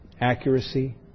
accuracy